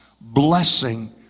blessing